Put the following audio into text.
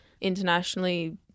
Internationally